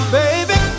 baby